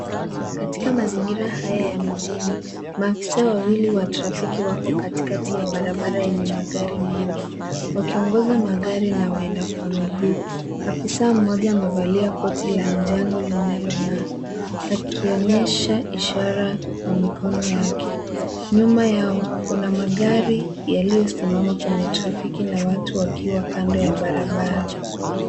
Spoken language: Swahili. Katika mazingira haya ya mijini, maafisa wawili wa trafiki wako katikati ya barabara yenye magari mengi wakiongoza magari na waenda kwa miguu. Afisa mmoja amevalia koti la njano linalong'aa akionyesha ishara kwa mikono yake. Nyuma yao kuna magari yaliyosimama kwenye trafiki na watu wakiwa kando ya barabara.